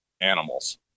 animals